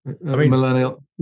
millennial